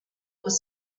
was